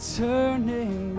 turning